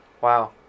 wow